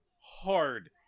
hard